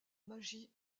magie